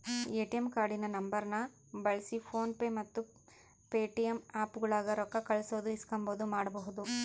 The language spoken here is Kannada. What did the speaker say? ಎ.ಟಿ.ಎಮ್ ಕಾರ್ಡಿನ ನಂಬರ್ನ ಬಳ್ಸಿ ಫೋನ್ ಪೇ ಮತ್ತೆ ಪೇಟಿಎಮ್ ಆಪ್ಗುಳಾಗ ರೊಕ್ಕ ಕಳ್ಸೋದು ಇಸ್ಕಂಬದು ಮಾಡ್ಬಹುದು